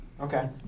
Okay